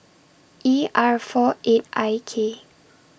E R four eight I K